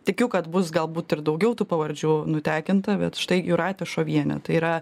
tikiu kad bus galbūt ir daugiau tų pavardžių nutekinta bet štai jūratė šovienė tai yra